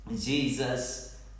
jesus